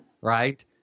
right